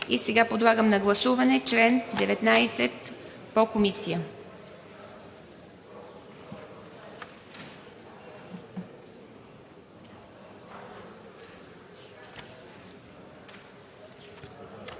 Сега подлагам на гласуване чл. 19 по Комисия.